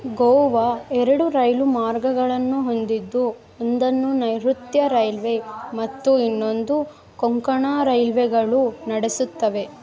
ಗೋವಾ ಎರಡು ರೈಲು ಮಾರ್ಗಗಳನ್ನು ಹೊಂದಿದ್ದು ಒಂದನ್ನು ನೈಋತ್ಯ ರೈಲ್ವೆ ಮತ್ತು ಇನ್ನೊಂದು ಕೊಂಕಣ ರೈಲ್ವೆಗಳು ನಡೆಸುತ್ತವೆ